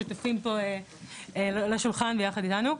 ששותפים פה לשולחן יחד איתנו.